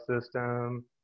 system